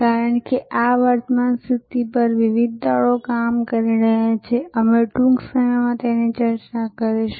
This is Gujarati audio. કારણ કે આ વર્તમાન સ્થિતિ પર વિવિધ દળો કામ કરી રહ્યા છે અમે ટૂંક સમયમાં તેની ચર્ચા કરીશું